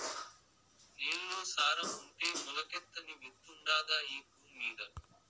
నేల్లో సారం ఉంటే మొలకెత్తని విత్తుండాదా ఈ భూమ్మీద